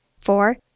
Four